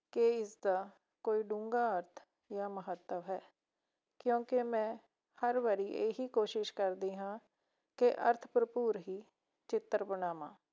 ਕਿ ਇਸਦਾ ਕੋਈ ਡੂੰਘਾ ਅਰਥ ਜਾਂ ਮਹੱਤਵ ਹੈ ਕਿਉਂਕਿ ਮੈਂ ਹਰ ਵਾਰੀ ਇਹੀ ਕੋਸ਼ਿਸ਼ ਕਰਦੀ ਹਾਂ ਕਿ ਅਰਥ ਭਰਪੂਰ ਹੀ ਚਿੱਤਰ ਬਣਾਵਾਂ